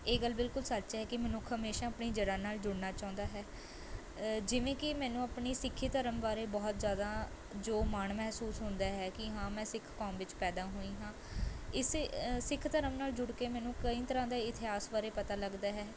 ਇਹ ਗੱਲ ਬਿਲਕੁਲ ਸੱਚ ਹੈ ਕਿ ਮਨੁੱਖ ਹਮੇਸ਼ਾ ਆਪਣੇ ਜੜ੍ਹਾਂ ਨਾਲ ਜੁੜਨਾ ਚਾਹੁੰਦਾ ਹੈ ਜਿਵੇਂ ਕਿ ਮੈਨੂੰ ਆਪਣੀ ਸਿੱਖੀ ਧਰਮ ਬਾਰੇ ਬਹੁਤ ਜ਼ਿਆਦਾ ਜੋ ਮਾਣ ਮਹਿਸੂਸ ਹੁੰਦਾ ਹੈ ਕਿ ਹਾਂ ਮੈਂ ਸਿੱਖ ਕੌਮ ਵਿੱਚ ਪੈਦਾ ਹੋਈ ਹਾਂ ਇਸੇ ਸਿੱਖ ਧਰਮ ਨਾਲ਼ ਜੁੜ ਕੇ ਮੈਨੂੰ ਕਈ ਤਰ੍ਹਾਂ ਦਾ ਇਤਿਹਾਸ ਬਾਰੇ ਪਤਾ ਲੱਗਦਾ ਹੈ